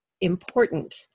important